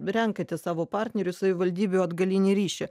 renkatės savo partnerius savivaldybių atgalinį ryšį